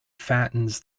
fattens